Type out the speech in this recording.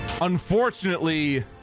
Unfortunately